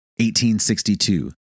1862